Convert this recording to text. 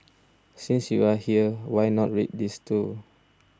since you are here why not read these too